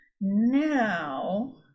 Now